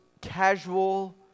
casual